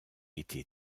été